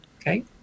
Okay